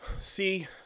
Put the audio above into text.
See